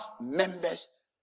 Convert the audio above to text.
members